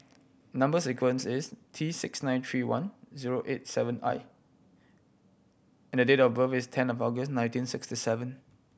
number sequence is T six nine three one zero eight seven I and the date of birth is ten of August nineteen sixty seven